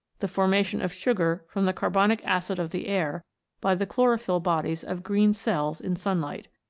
the formation of sugar from the carbonic acid of the air by the chlorophyll bodies of green cells in sunlight.